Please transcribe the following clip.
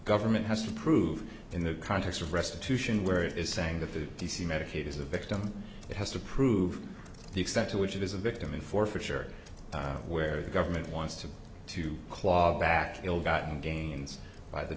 government has to prove in the context of restitution where it is saying that the d c medicaid is a victim it has to prove the extent to which it is a victim in forfeiture where the government wants to to claw back ill gotten gains by the